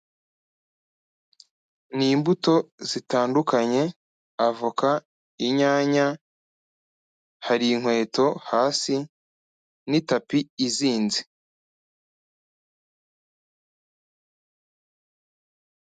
Ni imbuto zitandukanye; avoka, inyanya, hari inkweto hasi n'itapi izinze.